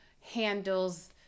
handles